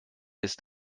ist